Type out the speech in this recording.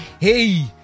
Hey